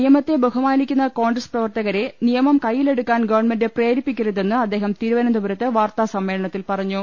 നിയമത്തെ ബഹുമാനി ക്കുന്ന കോൺഗ്രസ് പ്രവർത്തകരെ നിയമം ക്യ്യിലെടുക്കാൻ ഗവൺമെന്റ് പ്രേരിപ്പിക്കരുതെന്ന് അദ്ദേഹം തിരുവനന്തപുരത്ത് വാർത്താസമ്മേളനത്തിൽ പറഞ്ഞു